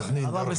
סח'נין --- עראבה,